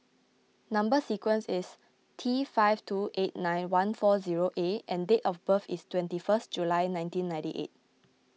Number Sequence is T five two eight nine one four zero A and date of birth is twenty first July nineteen ninety eight